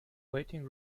waiting